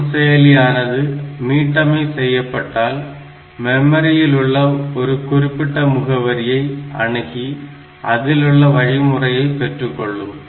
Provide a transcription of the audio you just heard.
நுண்செயலியானது மீட்டமை செய்யப்பட்டால் மெமரியில் உள்ள ஒரு குறிப்பிட்ட முகவரியை அணுகி அதிலுள்ள வழிமுறையை பெற்றுக்கொள்ளும்